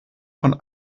von